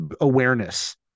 awareness